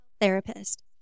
therapist